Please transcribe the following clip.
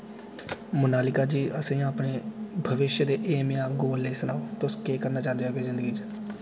मोनालीका जी असेंई अपने भविश्य दे एम जां गोल लेई सनाओ तुस केह् करना चाहंदे ओ अग्गै जिंदगी च